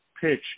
pitch